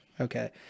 Okay